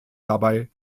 dabei